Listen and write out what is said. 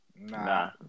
Nah